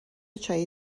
چایی